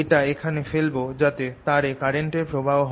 এটা এখানে ফেলব যাতে তার এ কারেন্ট এর প্রবাহ হয়